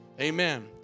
Amen